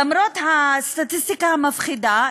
למרות הסטטיסטיקה המפחידה,